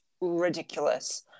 ridiculous